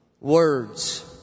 words